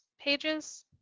pages